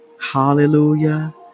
Hallelujah